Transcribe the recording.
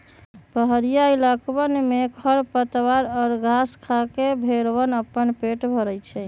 पहड़ीया इलाकवन में खरपतवार और घास के खाके भेंड़वन अपन पेट भरा हई